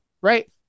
Right